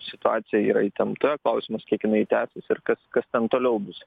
situacija yra įtempta klausimas kiek jinai tęsis ir kas kas ten toliau bus